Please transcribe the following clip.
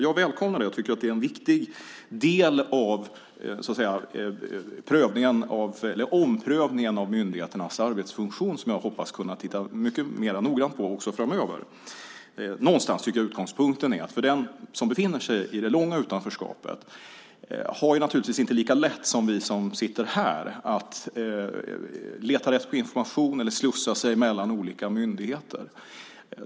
Jag välkomnar det och tycker att det är en viktig del av omprövningen av myndigheternas arbetsfunktion som jag hoppas kunna titta mycket mer noga på också framöver. Någonstans tycker jag att utgångspunkten är att den som så att säga befinner sig i det långa utanförskapet naturligtvis inte har lika lätt som vi som sitter här att leta rätt på information eller slussa sig mellan olika myndigheter.